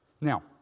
Now